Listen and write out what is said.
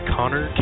Connor